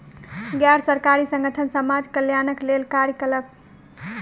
गैर सरकारी संगठन समाज कल्याणक लेल कार्य कयलक